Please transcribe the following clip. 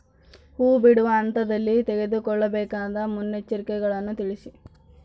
ಹೂ ಬಿಡುವ ಹಂತದಲ್ಲಿ ತೆಗೆದುಕೊಳ್ಳಬೇಕಾದ ಮುನ್ನೆಚ್ಚರಿಕೆಗಳನ್ನು ತಿಳಿಸಿ?